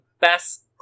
best